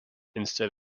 instead